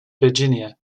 virginia